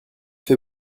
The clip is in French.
fait